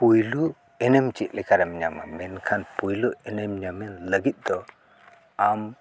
ᱯᱩᱭᱞᱩ ᱮᱱᱮᱢ ᱪᱮᱫ ᱞᱮᱠᱟᱨᱮᱢ ᱧᱟᱢᱟ ᱢᱮᱱᱠᱷᱟᱱ ᱯᱩᱭᱞᱩ ᱮᱱᱮᱢ ᱧᱟᱢᱮᱢ ᱞᱟᱹᱜᱤᱫ ᱫᱚ ᱟᱢ